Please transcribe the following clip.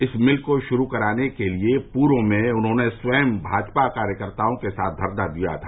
इस मिल को शुरू कराने के लिए पूर्व में उन्होंने स्वयं भाजपा कार्यकर्ताओं के साथ धरना दिया था